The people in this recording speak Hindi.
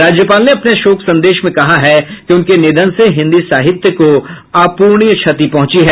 राज्यपाल ने अपने शोक संदेश में कहा है कि उनके निधन से हिन्दी साहित्य को अप्रणीय क्षति पहुंची है